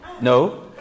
No